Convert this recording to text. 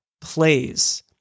plays